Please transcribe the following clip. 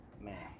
Man